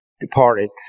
departed